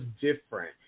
different